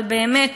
אבל באמת,